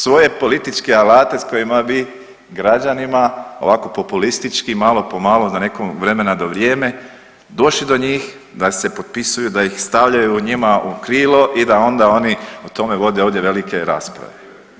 Svoje političke alate s kojima bi građanima ovako populistički, malo po malo na nekom vremena do vrijeme došli do njih, da se potpisuju, da ih stavljaju u njima i u krilo i da onda oni o tome vode ovdje velike rasprave.